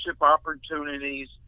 opportunities